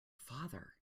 father